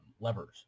levers